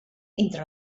entre